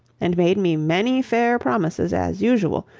and made me many fair promises as usual,